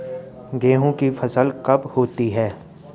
गेहूँ की फसल कब होती है?